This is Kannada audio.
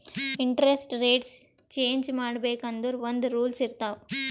ಇಂಟರೆಸ್ಟ್ ರೆಟ್ಸ್ ಚೇಂಜ್ ಮಾಡ್ಬೇಕ್ ಅಂದುರ್ ಒಂದ್ ರೂಲ್ಸ್ ಇರ್ತಾವ್